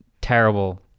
terrible